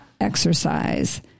exercise